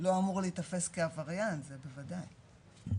לא אמור להיתפס כעבריין, זה בוודאי.